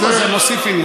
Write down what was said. זה מוסיף עניין.